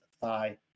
thigh